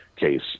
case